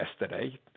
yesterday